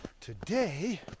Today